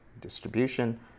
distribution